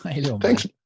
Thanks